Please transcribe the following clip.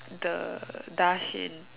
the Darshin